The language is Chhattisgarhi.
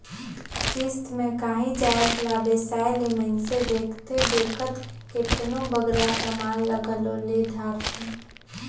किस्त में कांही जाएत ला बेसाए ले मइनसे देखथे देखत केतनों बगरा समान ल घलो ले धारथे